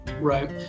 Right